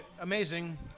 amazing